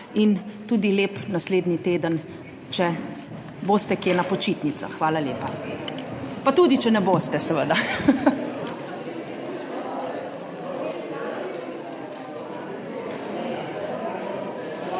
in tudi lep naslednji teden, če boste kje na počitnicah, pa tudi, če ne boste, seveda.